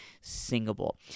singable